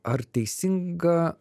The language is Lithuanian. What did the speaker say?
ar teisinga